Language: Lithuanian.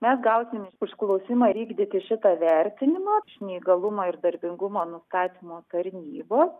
mes gausim užklausimą vykdyti šitą vertinimą neįgalumo ir darbingumo nustatymo tarnybos